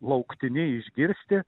lauktini išgirsti